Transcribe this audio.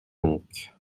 donc